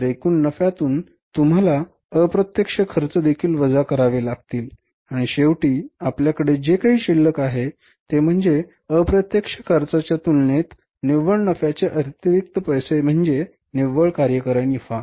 तर एकूण नफ्यातून तुम्हाला अप्रत्यक्ष खर्चदेखील वजा करावे लागतील आणि शेवटी आपल्याकडे जे काही शिल्लक आहे ते म्हणजे अप्रत्यक्ष खर्चाच्या तुलनेत निव्वळ नफ्याचे अतिरिक्त पैसे म्हणजे निव्वळ कार्यकारी नफा